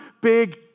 big